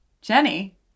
Jenny